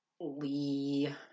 Lee